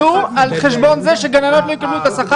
על חשבון זה שהגננות לא יקבלו את השכר?